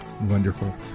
Wonderful